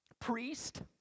priest